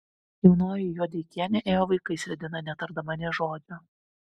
jaunoji juodeikienė ėjo vaikais vedina netardama nė žodžio